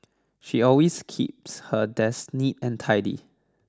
she always keeps her desk neat and tidy